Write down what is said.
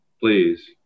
Please